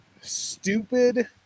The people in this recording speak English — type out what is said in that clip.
Stupid